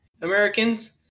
Americans